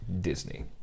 Disney